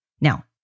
Now